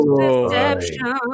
Deception